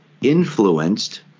influenced